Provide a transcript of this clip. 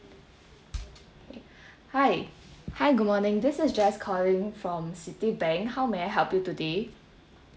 okay hi hi good morning this is jess calling from Citibank how may I help you today